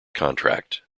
contract